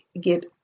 get